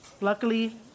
Luckily